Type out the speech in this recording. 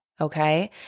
okay